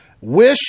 Wish